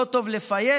לא טוב לפייס?